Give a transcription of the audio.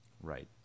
Right